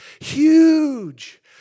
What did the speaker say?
huge